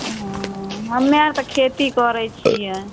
हँ हमरा आओर तऽ खेती करै छियै